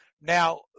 Now